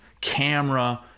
camera